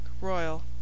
Royal